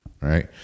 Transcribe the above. right